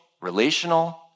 relational